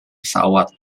pesawat